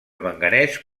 manganès